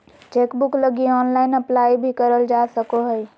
chequebook लगी online apply भी करल जा सको हइ